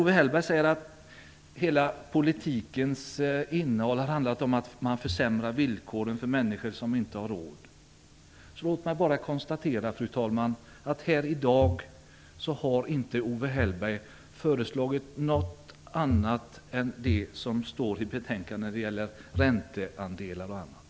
Owe Hellberg säger att politiken helt har gått ut på att försämra villkoren för människor som inte har råd. Låt mig då bara konstatera att Owe Hellberg här i dag inte har föreslagit något annat än det som står i betänkandet när det gäller ränteandelar och annat.